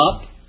up